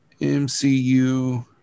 MCU